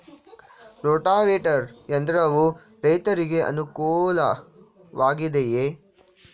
Rotavator ಯಂತ್ರವು ರೈತರಿಗೆ ಅನುಕೂಲ ವಾಗಿದೆಯೇ?